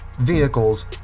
Vehicles